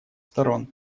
сторон